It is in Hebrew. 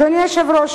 אדוני היושב-ראש,